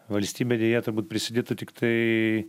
valstybė deja turbūt prisidėtų tiktai